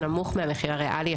שהוא נמוך מהמחיר הריאלי,